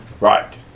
right